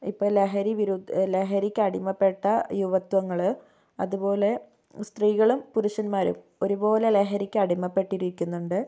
ഇപ്പോൾ ലഹരി വിരുദ്ധ ലഹരിക്കടിമപ്പെട്ട യുവത്വങ്ങള് അതുപോലെ സ്ത്രീകളും പുരുഷൻമാരും ഒരുപോലെ ലഹരിക്കടിമപ്പെട്ടിരിക്കുന്നുണ്ട്